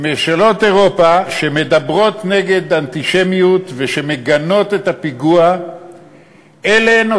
וממשלות אירופה שמדברות נגד אנטישמיות ושמגנות את הפיגוע אלה הן